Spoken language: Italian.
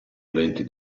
eventi